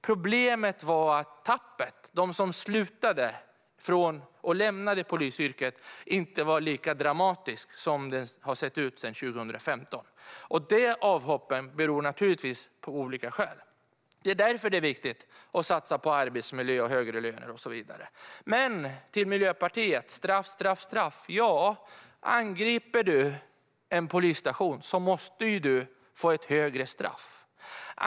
Tappet, alltså de som slutade och lämnade polisyrket, var inte heller lika dramatiskt som det har varit sedan 2015. Dessa avhopp beror givetvis på olika saker. Därför är det viktigt att satsa på arbetsmiljö, högre löner och så vidare. Till Miljöpartiet om straffen: Ja, angriper man en polisstation måste man få ett högre straff.